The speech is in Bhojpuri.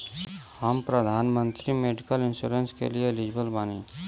हम प्रधानमंत्री मेडिकल इंश्योरेंस के लिए एलिजिबल बानी?